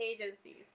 agencies